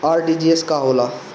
RTGS का होला?